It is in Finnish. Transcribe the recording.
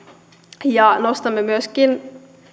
ja nostamme myöskin